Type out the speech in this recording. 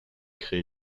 crée